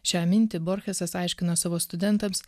šią mintį borchesas aiškino savo studentams